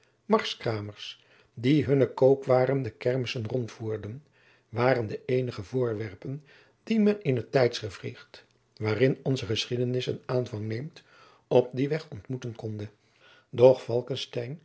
marskramers die hunne koopwaren de kermissen rondvoerden waren de eenige voorwerpen die men in het tijdsgewricht waarin onze geschiedenis een aanvang neemt op dien weg ontmoeten konde